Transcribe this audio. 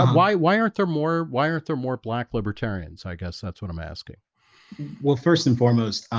um why? why aren't there more? why aren't there more black libertarians? i guess that's what i'm asking well first and foremost, um,